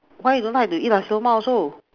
why you don't like to eat Nasi-Lemak also